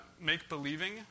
make-believing